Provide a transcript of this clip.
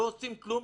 לא עושים כלום,